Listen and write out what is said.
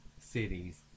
cities